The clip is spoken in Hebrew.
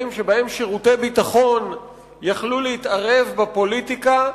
שבהם שירותי ביטחון יכלו להתערב בפוליטיקה,